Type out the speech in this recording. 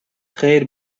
خیر